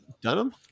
Dunham